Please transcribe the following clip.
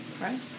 Right